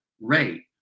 rate